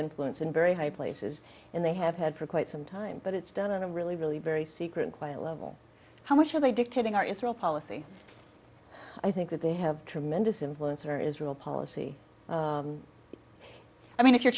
influence in very high places and they have had for quite some time but it's done on a really really very secret quiet level how much are they dictating our israel policy i think that they have tremendous influence over israel policy i mean if you're